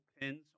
pins